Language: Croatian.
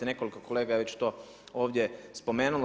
Nekoliko kolega je već to ovdje spomenulo.